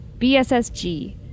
BSSG